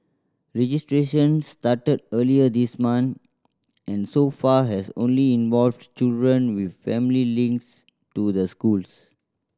registration started earlier this month and so far has only involved children with family links to the schools